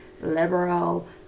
liberal